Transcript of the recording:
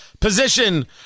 position